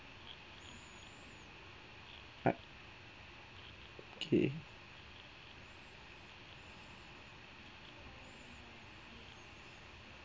uh okay